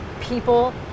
people